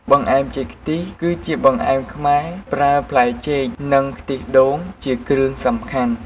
បង្អែមចេកខ្ទិះគឺជាបង្អែមខ្មែរ ប្រើផ្លែចេក និងខ្ទិះដូងជាគ្រឿងសំខាន់។